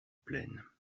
plaine